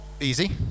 easy